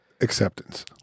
Acceptance